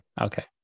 okay